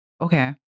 Okay